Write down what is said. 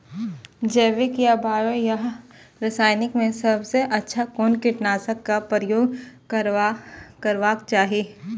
जैविक या बायो या रासायनिक में सबसँ अच्छा कोन कीटनाशक क प्रयोग करबाक चाही?